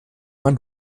man